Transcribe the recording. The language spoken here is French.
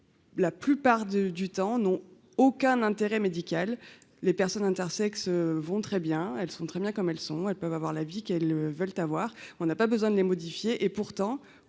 la plupart du temps n'ont aucun intérêt médical, les personnes intersexes vont très bien, elles sont très bien, comme elles sont, elles, peuvent avoir la vie qu'elles veulent avoir on n'a pas besoin de les modifier, et pourtant,